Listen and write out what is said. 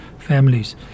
families